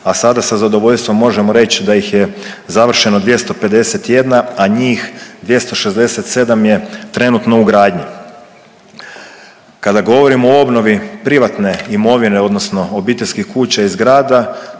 a sada sa zadovoljstvom možemo reć da ih je završeno 251, a njih 267 je trenutno u gradnji. Kada govorimo o obnovi privatne imovine odnosno obiteljskih kuća i zgrada,